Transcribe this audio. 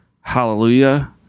Hallelujah